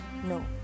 No